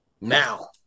now